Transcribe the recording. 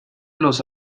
los